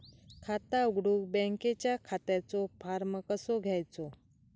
खाता उघडुक बँकेच्या खात्याचो फार्म कसो घ्यायचो?